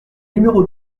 numéro